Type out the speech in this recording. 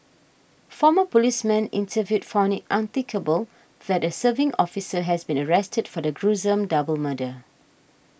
former policemen interviewed found it unthinkable that a serving officer has been arrested for the gruesome double murder